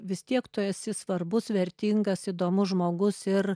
vis tiek tu esi svarbus vertingas įdomus žmogus ir